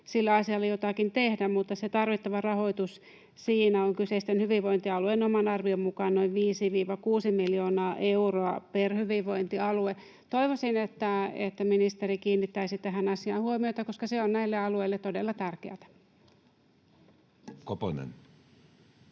sille asialle jotakin tehdä, mutta se tarvittava rahoitus siinä on kyseisten hyvinvointialueiden oman arvion mukaan noin viisi—kuusi miljoonaa euroa per hyvinvointialue. Toivoisin, että ministeri kiinnittäisi tähän asiaan huomiota, koska se on näille alueille todella tärkeätä. [Speech